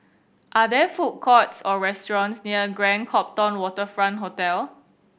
are there food courts or restaurants near Grand Copthorne Waterfront Hotel